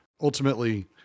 ultimately